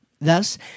Thus